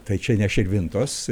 tai čia ne širvintos